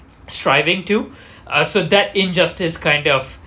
striving to uh so that injustice kind of